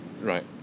Right